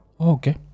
Okay